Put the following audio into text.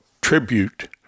tribute